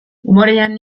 umorearen